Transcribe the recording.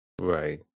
Right